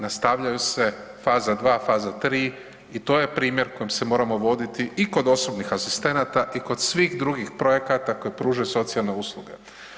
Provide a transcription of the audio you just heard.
Nastavljaju se faza dva, faza tri i to je primjer kojim se moramo voditi i kod osobnih asistenata i kod svih drugih projekata koji pružaju socijalne usluge.